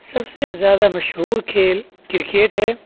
سب سے زیادہ مشہور کھیل کرکٹ ہے